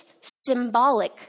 symbolic